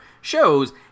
shows